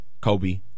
Kobe